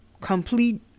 Complete